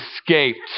escaped